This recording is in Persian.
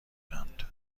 بودند